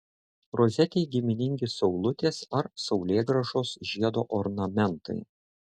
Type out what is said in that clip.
rozetei giminingi saulutės ar saulėgrąžos žiedo ornamentai